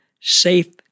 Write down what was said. safe